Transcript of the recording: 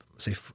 Say